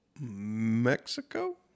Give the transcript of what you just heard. Mexico